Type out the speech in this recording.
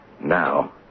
now